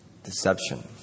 Deception